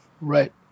Right